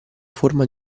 forma